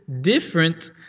different